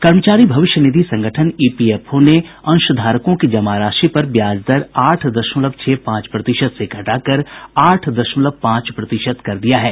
कर्मचारी भविष्य निधि संगठन ईपीएफओ ने अंशधारकों की जमा राशि पर ब्याज दर आठ दशमलव छह पांच प्रतिशत से घटाकर आठ दशमलव पांच प्रतिशत कर दिया है